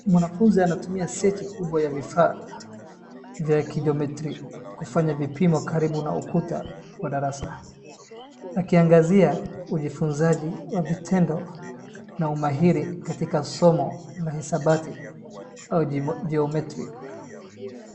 Mwanafunzi anatumia seti kubwa ya vifaa vya kijiometiri kufanya vipimo karibu na ukuta wa darasa. Akiangazia ujifunzaji wa vitendo na umahili katika somo la hisabati au geometry .